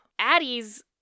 Addie's